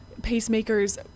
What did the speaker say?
pacemakers